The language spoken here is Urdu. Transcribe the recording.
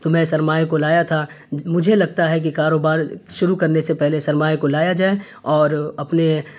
تو میں سرمائے کو لایا تھا مجھے لگتا ہے کہ کاروبار شروع کرنے سے پہلے سرمائے کو لایا جائے اور اپنے